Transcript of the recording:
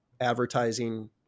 advertising